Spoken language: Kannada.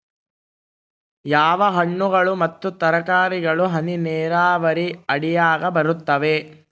ಯಾವ ಹಣ್ಣುಗಳು ಮತ್ತು ತರಕಾರಿಗಳು ಹನಿ ನೇರಾವರಿ ಅಡಿಯಾಗ ಬರುತ್ತವೆ?